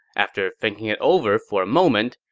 after thinking it over for a moment,